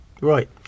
Right